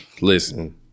listen